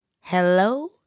Hello